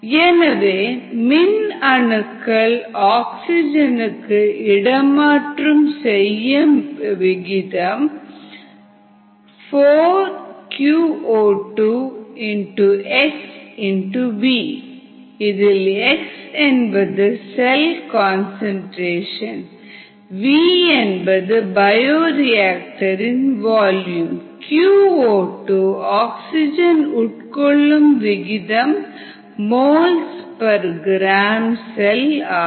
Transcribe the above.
எனவே மின் அணுக்கள் ஆக்ஸிஜனுக்கு இடமாற்றம் செய்யும் விகிதம் 4qO2xV இதில் x cell concentration V bio reactor volume qO2ஆக்சிஜன் உட்கொள்ளும் விகிதம் moles per gram cell ஆக